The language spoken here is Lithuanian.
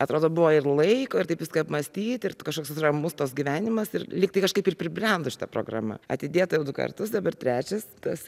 atrodo buvo ir laiko ir taip viską apmąstyt ir tu kažkoks atro ramus tas gyvenimas ir lyg tai kažkaip ir pribrendo šita programa atidėta jau du kartus dabar trečias tas